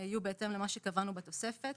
יהיו בהתאם למה שקבענו בתוספת.